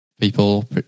people